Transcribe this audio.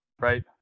right